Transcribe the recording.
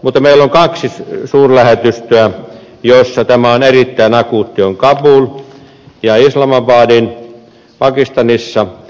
mutta meillä on kaksi suurlähetystöä joissa tämä on erittäin akuutti ja ne ovat kabul sekä islamabad pakistanissa